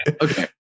Okay